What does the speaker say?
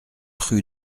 rue